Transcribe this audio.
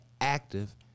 active